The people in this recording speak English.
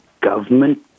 government